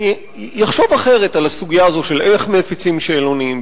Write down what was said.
שיחשוב אחרת על הסוגיה הזאת של איך מפיצים שאלונים,